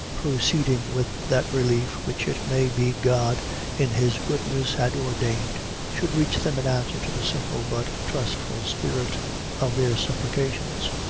proceeding with that relief which it may be god in his goodness had ordained should reach them in answer to the simple but trustful spirit of their supplications.